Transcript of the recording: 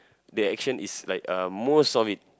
that action is like uh most of it